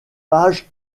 page